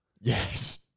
yes